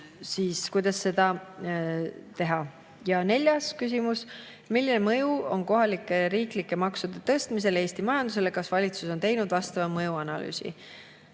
suurendada. Ja neljas küsimus: "Milline mõju on kohalike ja riiklike maksude tõstmisel Eesti majandusele? Kas valitsus on teinud vastava mõjuanalüüsi?"